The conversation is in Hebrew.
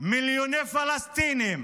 מיליוני פלסטינים